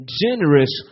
generous